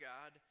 God